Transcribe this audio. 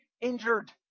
injured